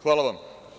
Hvala vam.